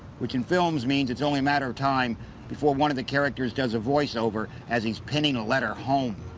which in films means it's only a matter of time before one of the characters does a voice-over as he's penning a letter home.